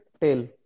tail